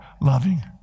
loving